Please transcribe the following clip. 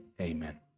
amen